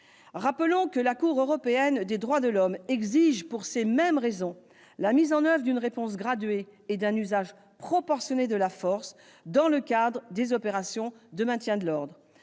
raisons, la Cour européenne des droits de l'homme exige la mise en oeuvre d'une réponse graduée et d'un usage proportionné de la force dans le cadre des opérations de maintien de l'ordre.